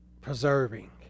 preserving